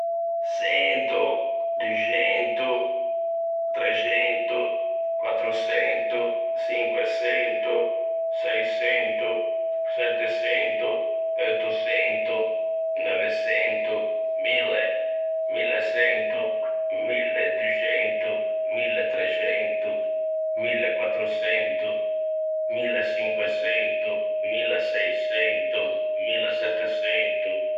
100, 200, 300, 400, 500, 600, 700, 800, 900, 1000, 1100, 1200, 1300, 1400, 1500, 1600, 1700.